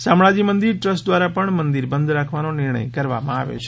શામળાજી મંદિર ટ્રસ્ટ દ્વારા પણ મંદિર બંધ રાખવાનો નિર્ણય કરવામાં આવ્યો છે